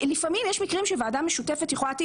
לפעמים יש מקרים שוועדה משותפת יכולה להתאים,